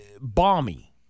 balmy